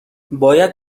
باید